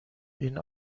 این